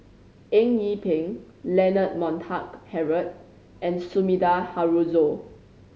Eng Yee Peng Leonard Montague Harrod and Sumida Haruzo